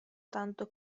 tanto